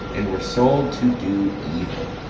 and were sold to do evil